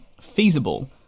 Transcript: feasible